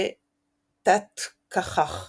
ד'תתקכ"ח